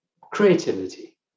creativity